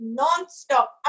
non-stop